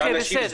ואולי.